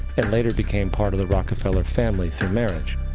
and later became part of the rockefeller family through marriage.